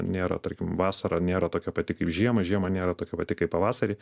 nėra tarkim vasarą nėra tokia pati kaip žiemą žiemą nėra tokia pati kaip pavasarį